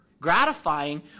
gratifying